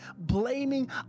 blaming